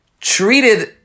treated